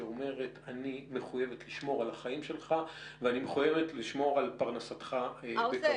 שאומרת: אני מחויבת לשמור על החיים שלך ולשמור על פרנסתך בכבוד.